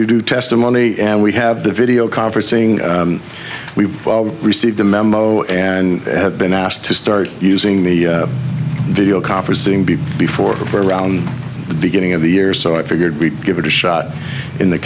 do testimony and we have the video conferencing we've received a memo and have been asked to start using the video conferencing be before around the beginning of the year so i figured we'd give it a shot in the